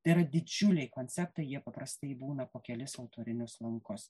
tai yra didžiuliai konceptai jie paprastai būna po kelis autorinius lankus